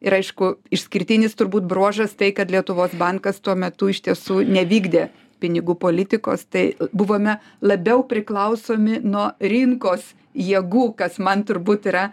ir aišku išskirtinis turbūt bruožas tai kad lietuvos bankas tuo metu iš tiesų nevykdė pinigų politikos tai buvome labiau priklausomi nuo rinkos jėgų kas man turbūt yra